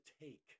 take